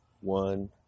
one